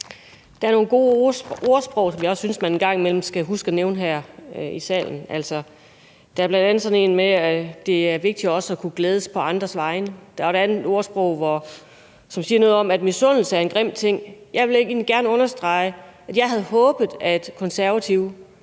Der er nogle gode ordsprog, som jeg også synes at man en gang imellem skal huske at nævne her i salen. Der er bl.a. sådan et med, at det er vigtigt også at kunne glædes på andres vegne. Der er et andet ordsprog, som siger noget om, at misundelse er en grim ting. Jeg vil egentlig gerne understrege, at jeg havde håbet, at De Konservative